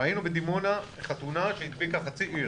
ראינו בדימונה חתונה שהדביקה חצי עיר.